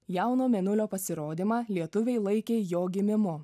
jauno mėnulio pasirodymą lietuviai laikė jo gimimu